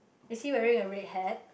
is he wearing a red hat